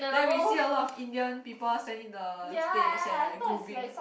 then we see a lot of Indian people stand in the stage and like grooving